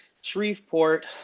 Shreveport